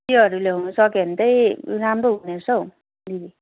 त्योहरू ल्याउनु सक्यो भने त राम्रो हुने रहेछ हौ दिदी